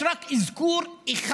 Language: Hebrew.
אותו דבק